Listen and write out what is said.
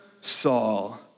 Saul